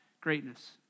greatness